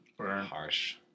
Harsh